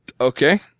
Okay